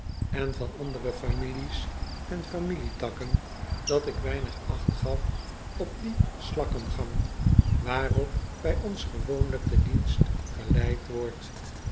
en van andere families en familietakken dat ik weinig acht gaf op dien slakkengang waarop bij ons gewoonlijk de dienst geleid wordt